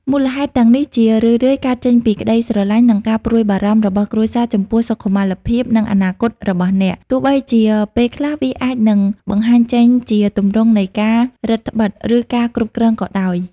មូលហេតុទាំងនេះជារឿយៗកើតចេញពីក្តីស្រឡាញ់ និងការព្រួយបារម្ភរបស់គ្រួសារចំពោះសុខុមាលភាព និងអនាគតរបស់អ្នក ទោះបីជាពេលខ្លះវាអាចនឹងបង្ហាញចេញជាទម្រង់នៃការរឹតត្បិត ឬការគ្រប់គ្រងក៏ដោយ។